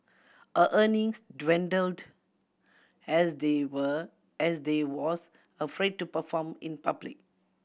her earnings dwindled as they were as they was afraid to perform in public